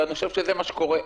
ואני חושבת שזה מה שקורה.